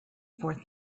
for